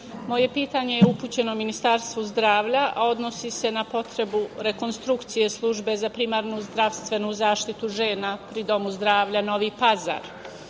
moje pitanje je upućeno Ministarstvu zdravlja, a odnosi se na potrebu rekonstrukcije Službe za primarnu zdravstvenu zaštitu žena pri Domu zdravlja Novi Pazar. Naime,